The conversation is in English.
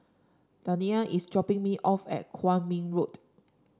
Dania is dropping me off at Kwong Min Road